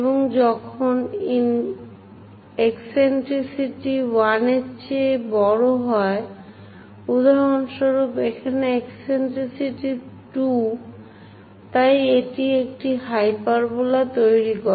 এবং যখন ইকসেন্ট্রিসিটি 1 এর চেয়ে বড় হয় উদাহরণস্বরূপ এখানে ইকসেন্ট্রিসিটি 2 তাই এটি একটি হাইপারবোলা তৈরি করে